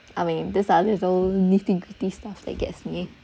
I mean these are little nitty gritty stuff that gets me